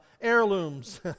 heirlooms